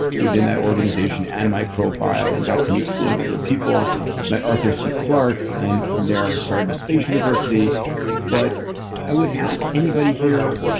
within that organization and my profile and got to meet cooler and cooler people met arthur c. clarke, and from there started a space university but i would ask anybody here,